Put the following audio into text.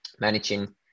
managing